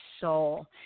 soul